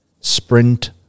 sprint